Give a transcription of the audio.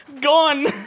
Gone